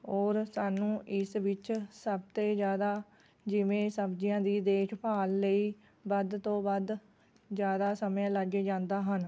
ਔਰ ਸਾਨੂੰ ਇਸ ਵਿੱਚ ਸਭ ਤੋਂ ਜ਼ਿਆਦਾ ਜਿਵੇਂ ਸਬਜ਼ੀਆਂ ਦੀ ਦੇਖ ਭਾਲ ਲਈ ਵੱਧ ਤੋਂ ਵੱਧ ਜ਼ਿਆਦਾ ਸਮਾਂ ਲੱਗ ਜਾਂਦਾ ਹਨ